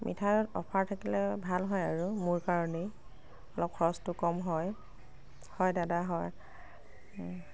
মিঠাইৰ অফাৰ থাকিলে ভাল হয় আৰু মোৰ কাৰণেই অলপ খৰচটো কম হয় হয় দাদা হয় ও